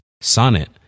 Sonnet